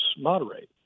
moderate